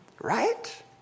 right